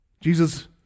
Jesus